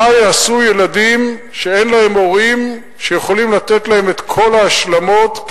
מה יעשו ילדים שאין להם הורים שיכולים לתת להם את כל ההשלמות,